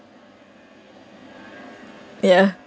ya